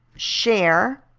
share